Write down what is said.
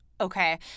Okay